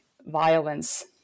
violence